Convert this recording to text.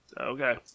Okay